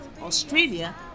Australia